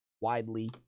widely